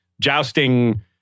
jousting